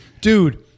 Dude